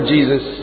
Jesus